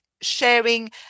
sharing